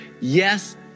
Yes